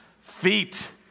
Feet